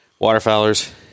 waterfowlers